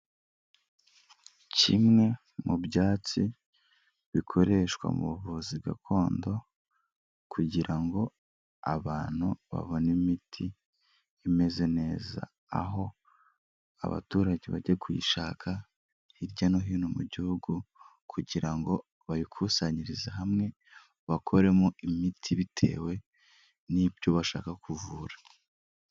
Kimwe mu byatsi bikoreshwa mu buvuzi gakondo, kugira ngo abantu babone imiti imeze neza. Aho abaturage bajya kuyishaka hirya no hino mu gihugu kugira ngo bayikusanyirize hamwe bakoremo imiti bitewe n'ibyo bashaka kuvura.